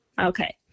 okay